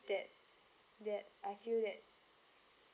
that that I feel that